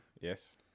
yes